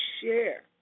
share